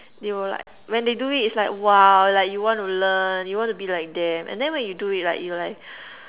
they will like when they do it it's like !wow! like you want to learn you want to be like them and then when you do it right you're like